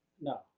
no